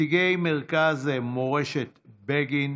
נציגי מרכז מורשת בגין,